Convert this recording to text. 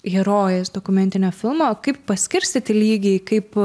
herojės dokumentinio filmo kaip paskirstyti lygiai kaip